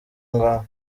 ngaho